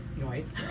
noise